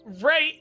Right